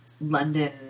London